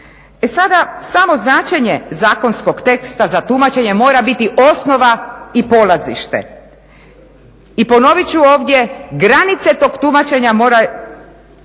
E sada samo značenje zakonskog teksta za tumačenje mora biti osnova i polazište. I ponovit ću ovdje granice tog tumačenja moraju